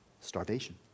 starvation